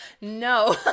No